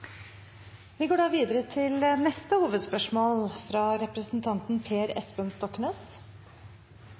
Vi går videre til neste hovedspørsmål.